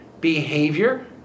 behavior